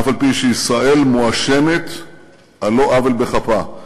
אף-על-פי שישראל מואשמת על לא עוול בכפה.